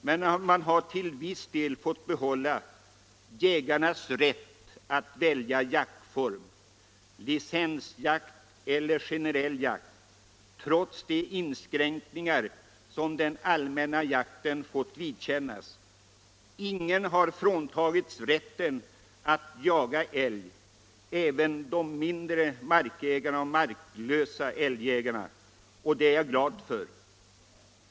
Man har dock till viss del lyckats behålla jägarnas rätt att välja jaktform — licensjakt eller generell jakt — trots de inskränkningar som allmänna jakten fått vidkännas. Ingen har fråntagits rätten att jaga älg, inte ens de mindre markägarna och de marklösa jägarna. Detta är jag glad för.